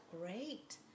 great